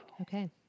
Okay